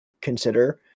consider